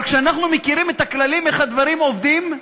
אבל כשאנחנו מכירים את הכללים, איך הדברים עובדים,